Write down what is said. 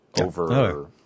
over